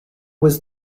was